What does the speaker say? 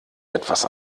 etwas